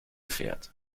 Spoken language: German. fährt